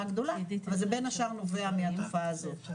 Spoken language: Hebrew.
גדולה אבל זה בין השאר נובע מהתקופה הזאת.